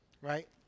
Right